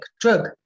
drug